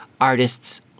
artists